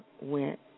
went